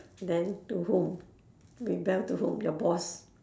then to whom rebel to whom your boss